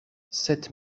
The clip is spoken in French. sept